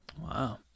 Wow